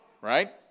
Right